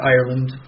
Ireland